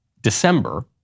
December